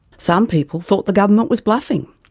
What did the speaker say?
some people thought the government was bluffing.